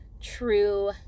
true